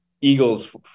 eagles